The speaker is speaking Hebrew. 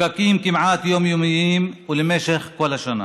פקקים כמעט יומיומיים ובמשך כל השנה